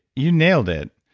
you nailed it.